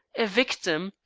a victim,